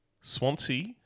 Swansea